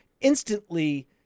instantly